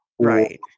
right